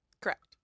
Correct